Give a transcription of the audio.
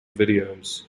videos